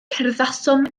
cerddasom